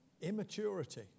immaturity